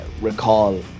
recall